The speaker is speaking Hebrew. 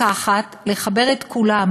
לקחת, לחבר את כולן